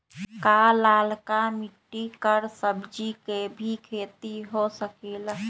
का लालका मिट्टी कर सब्जी के भी खेती हो सकेला?